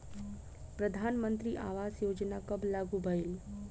प्रधानमंत्री आवास योजना कब लागू भइल?